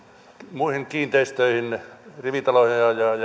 muihin kiinteistöihin rivitaloihin ja